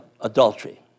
adultery